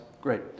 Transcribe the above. Great